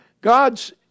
God's